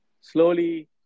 slowly